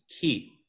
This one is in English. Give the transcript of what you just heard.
key